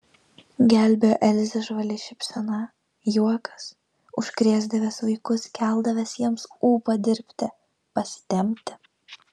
gelbėjo elzę žvali šypsena juokas užkrėsdavęs vaikus keldavęs jiems ūpą dirbti pasitempti